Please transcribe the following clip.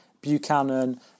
Buchanan